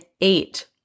eight